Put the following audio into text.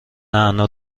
نعنا